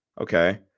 Okay